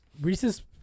Reese's